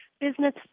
business